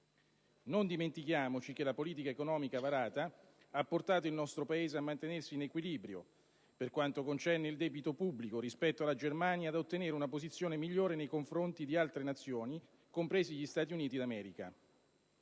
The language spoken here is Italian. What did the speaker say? Non dimentichiamoci che la politica economica varata ha portato il nostro Paese a mantenersi in equilibrio, per quanto concerne il debito pubblico, rispetto alla Germania, e ad ottenere una posizione migliore nei confronti di altre Nazioni, compresi anche gli Stati Uniti d'America.